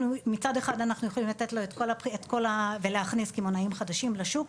מצד אחד אנחנו יכולים לתת לו את כל ולהכניס קמעונאים חדשים לשוק,